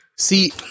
See